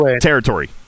territory